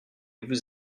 vous